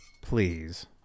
please